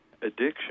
addiction